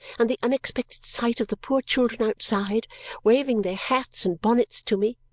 and the unexpected sight of the poor children outside waving their hats and bonnets to me,